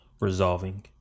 resolving